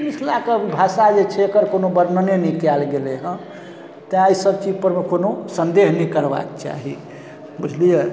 तऽ मिथिलाके भाषा जे छै एकर कोनो वर्णनने नहि कएल गेलै हँ तेँ एहिसब चीजपरमे कोनो सन्देह नहि करबाक चाही बुझलिए